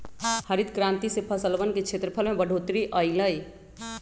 हरित क्रांति से फसलवन के क्षेत्रफल में बढ़ोतरी अई लय